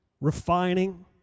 refining